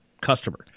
customer